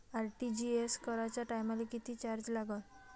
RTGS कराच्या टायमाले किती चार्ज लागन?